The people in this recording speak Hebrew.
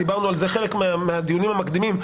דיברנו על זה חלק מהדיונים המקדימים.